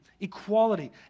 equality